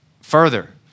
Further